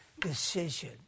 decision